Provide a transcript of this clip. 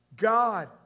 God